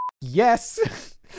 Yes